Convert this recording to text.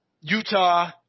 Utah